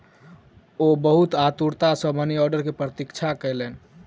ओ बहुत आतुरता सॅ मनी आर्डर के प्रतीक्षा कयलैन